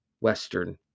Western